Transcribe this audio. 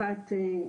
שמחפש, יש לו צורך?